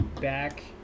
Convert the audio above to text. back